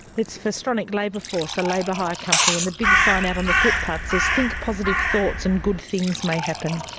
it's for stronach labour force, a labour hire company, and the big sign out on the footpath says think positive thoughts and good things may happen.